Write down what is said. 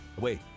Wait